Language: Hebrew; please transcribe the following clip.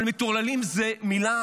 אבל מטורללים זאת מילה